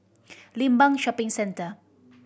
Limbang Shopping Centre